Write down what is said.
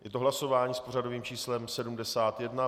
Je to hlasování s pořadovým číslem 71.